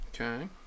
Okay